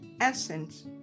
essence